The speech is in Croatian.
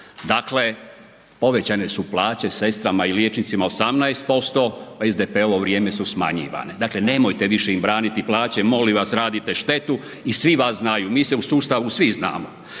dakle, povećane su plaće sestrama i liječnicima 18%, a u SDP-ovo vrijeme su smanjivanje. Dakle nemojte im više braniti plaće molim vas, radite štetu i svi vas znaju, mi se u sustavu svi znamo.